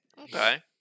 Okay